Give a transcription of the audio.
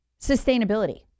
Sustainability